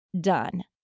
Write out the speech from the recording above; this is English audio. done